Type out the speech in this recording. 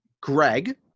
Greg